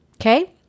Okay